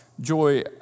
joy